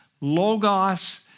Logos